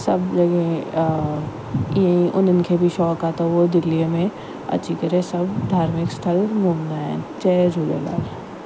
सभु जॻह इअं ई उन्हनि खे बि शौक़ु आहे त उहो दिल्लीअ में अची करे सभु धार्मिक स्थल घुमंदा आहिनि जय झूलेलाल